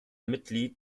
mitglied